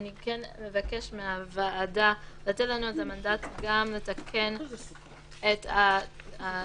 אבקש מהוועדה בנקודה זו לתת לנו את המנדט גם לתקן את הטעויות